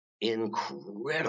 incredible